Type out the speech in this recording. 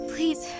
Please